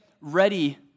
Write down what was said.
ready